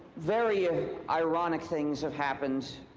very ironic things have happened,